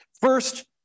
First